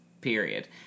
Period